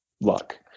luck